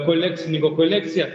kolekcininko kolekciją